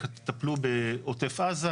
טפלו בעוטף עזה.